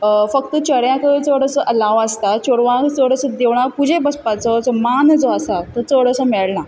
फक्त चेंड्यांकूय चड असो अलाव आसता चेवडांक चड असो देवळांत पुजेक बसपाचो मान जो आसा तो चड असो मेळना